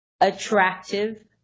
attractive